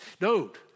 Note